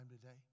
today